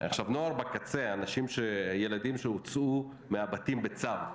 נוער בקצה, ילדים שהוצאו מהבתים בצו,